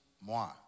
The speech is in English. moi